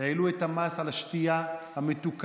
העלו את המס על השתייה המתוקה,